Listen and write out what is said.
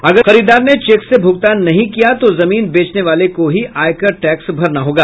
अगर खरीदार ने चेक से भूगतान नहीं किया तो जमीन बेचने वाले को ही आयकर टैक्स भरना होगा